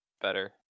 better